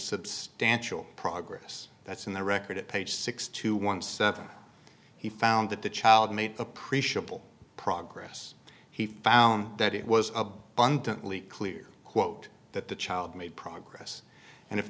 substantial progress that's in the record at page six two one seven he found that the child made appreciable progress he found that it was abundantly clear quote that the child made progress and if